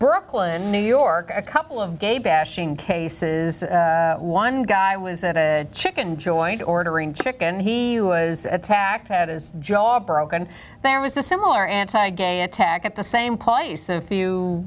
brooklyn new york a couple of gay bashing cases one guy was at a chicken joint ordering chicken he was attacked at is job broken there was a similar anti gay attack at the same point use a few